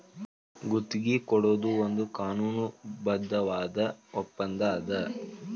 ಗುತ್ತಿಗಿ ಕೊಡೊದು ಒಂದ್ ಕಾನೂನುಬದ್ಧವಾದ ಒಪ್ಪಂದಾ ಅದ